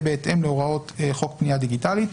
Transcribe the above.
בהתאם להוראות חוק פנייה דיגיטלית.